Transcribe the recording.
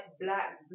black